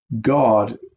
God